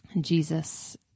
Jesus